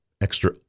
extra